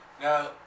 Now